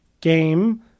game